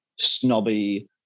snobby